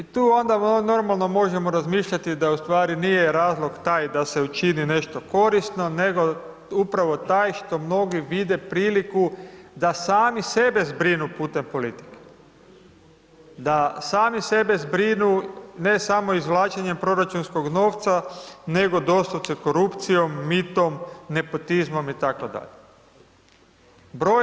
I tu onda normalno možemo razmišljati da u stvari nije razlog taj da se učini nešto korisno, nego upravo taj što mnogi vide priliku da sami sebe zbrinu putem politike, da sami sebe zbrinu ne samo izvlačenjem proračunskog novca, nego doslovce korupcijom, mitom, nepotizmom i tako dalje.